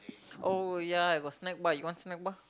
oh ya I got snack bar you want snack bar